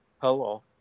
hello